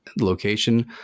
location